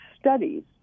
studies